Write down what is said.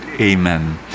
Amen